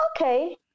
okay